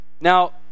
Now